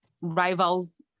rivals